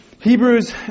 Hebrews